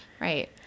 Right